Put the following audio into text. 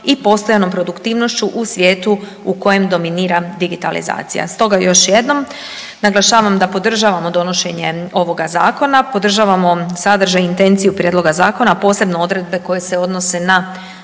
i postojanom produktivnošću u svijetu u kojem dominira digitalizacija. Stoga još jednom naglašavam da podržavamo donošenje ovoga zakona, podržavamo sadržaj i intenciju prijedloga zakona, a posebno odredbe koje se odnose na